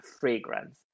fragrance